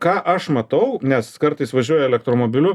ką aš matau nes kartais važiuoju elektromobiliu